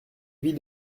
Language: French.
vie